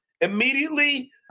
immediately